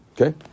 Okay